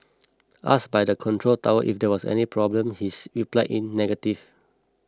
ask by the control tower if there was any problem he is replied in negative